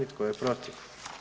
I tko je protiv?